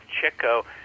Chico